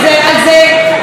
וכמובן,